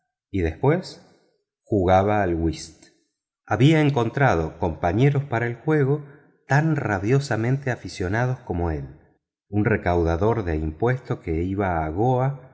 y después jugaba al whist había encontrado compañeros para el juego tan rabiosamente aficionados como él un recaudador de impuestos que iba a